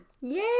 Yay